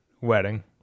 Wedding